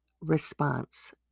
response